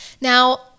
Now